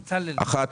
אחת,